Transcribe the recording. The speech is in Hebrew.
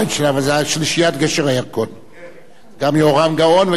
גם יהורם גאון וגם בני אמדורסקי, זיכרונו לברכה.